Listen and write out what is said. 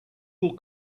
will